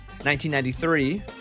1993